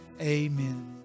Amen